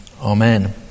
amen